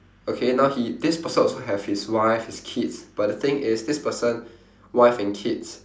okay now he this person also has his wife his kids but the thing is this person wife and kids